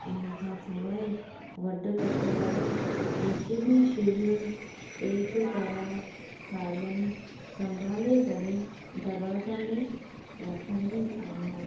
इन खां सवाइ वढ कप लाइ जेके बि छुरियूं तेज़ तरारु साधन संभाले करे दरवाज़ा में रखंदी आहियां